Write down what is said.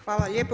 Hvala lijepo.